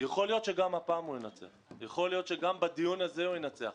יכול להיות שגם בדיון הזה הוא ינצח.